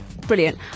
Brilliant